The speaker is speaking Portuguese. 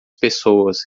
pessoas